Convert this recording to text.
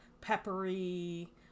peppery